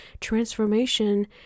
transformation